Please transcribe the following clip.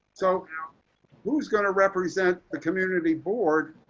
so who's going to represent the community board.